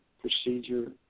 procedure